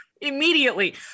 immediately